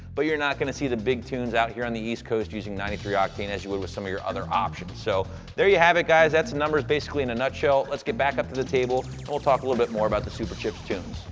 but you're not going to see the big tunes out here on the east coast using ninety three octane as you would with some of your other options. so there you have it, guys. that's the numbers basically in a nutshell. let's get back up to the table, and we'll talk a little bit more about the superchips tunes.